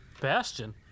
Bastion